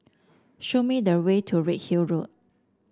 show me the way to Redhill Road